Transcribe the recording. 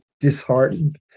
disheartened